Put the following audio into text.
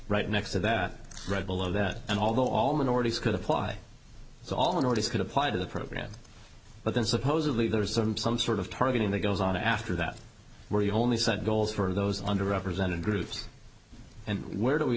right next to that read below that and although all minorities could apply its all in orders could apply to the program but then supposedly there is some some sort of targeting that goes on after that where you only set goals for those under represented groups and where do we